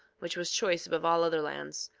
which was choice above all other lands,